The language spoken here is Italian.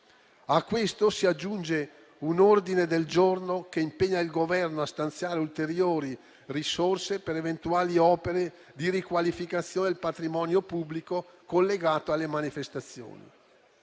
A questo si aggiunge un ordine del giorno che impegna il Governo a stanziare ulteriori risorse per eventuali opere di riqualificazione del patrimonio pubblico collegato alle manifestazioni.